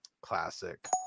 classic